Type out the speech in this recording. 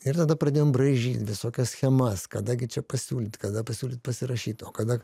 ir tada pradėjom braižyt visokias schemas kada gi čia pasiūlyt kada pasiūlyt pasirašyt o kada